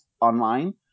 online